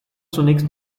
zunächst